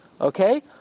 okay